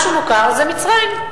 משהו מוכר זה מצרים.